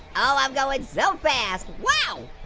oh, i'm goin' so fast! wow!